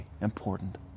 important